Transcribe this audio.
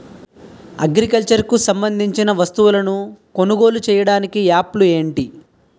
Agriculture కు సంబందించిన వస్తువులను కొనుగోలు చేయటానికి యాప్లు ఏంటి?